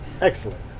Excellent